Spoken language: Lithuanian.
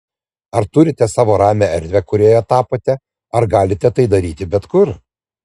ar turite savo ramią erdvę kurioje tapote ar galite tai daryti bet kur